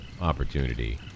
opportunity